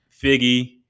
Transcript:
Figgy